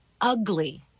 ugly